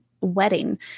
wedding